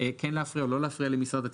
כן להפריע או לא להפריע למשרד התקשורת,